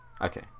Okay